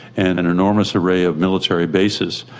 and an enormous array of military bases.